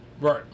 right